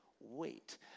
wait